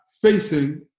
facing